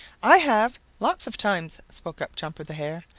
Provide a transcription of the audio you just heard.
i have, lots of times, spoke up jumper the hare.